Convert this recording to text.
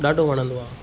ॾाढो वणंदो आहे